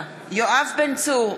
יואב בן צור,